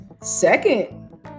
second